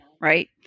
Right